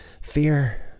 Fear